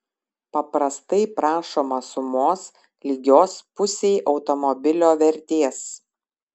paprastai prašoma sumos lygios pusei automobilio vertės